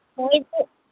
ପଇସା